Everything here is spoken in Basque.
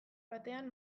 batean